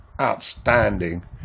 outstanding